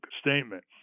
statement